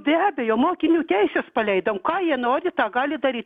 be abejo mokinių teises paleidom ką jie nori tą gali daryt